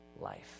life